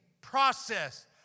process